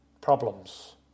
problems